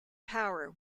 power